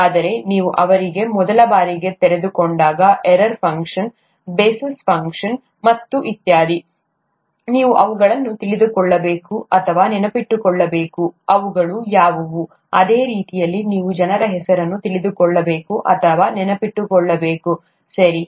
ಆದರೆ ನೀವು ಅವರಿಗೆ ಮೊದಲ ಬಾರಿಗೆ ತೆರೆದುಕೊಂಡಾಗ error function Bessel's function function ಮತ್ತು ಇತ್ಯಾದಿ ನೀವು ಅವುಗಳನ್ನು ತಿಳಿದುಕೊಳ್ಳಬೇಕು ಅಥವಾ ನೆನಪಿಟ್ಟುಕೊಳ್ಳಬೇಕು ಅವುಗಳು ಯಾವುವು ಅದೇ ರೀತಿಯಲ್ಲಿ ನೀವು ಜನರ ಹೆಸರನ್ನು ತಿಳಿದುಕೊಳ್ಳಬೇಕು ಅಥವಾ ನೆನಪಿಟ್ಟುಕೊಳ್ಳಬೇಕು ಸರಿ